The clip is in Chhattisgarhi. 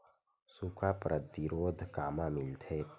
सुखा प्रतिरोध कामा मिलथे?